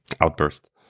outburst